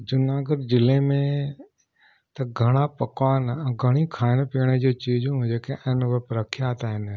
जूनागढ़ ज़िले में त घणा पकवान घणी खाइण पीअण जो चीज़ूं जेके आहिनि उहा प्रख्यात आहिनि